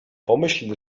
pomyśl